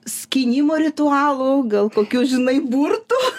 skynimo ritualų gal kokių žinai burtų